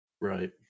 Right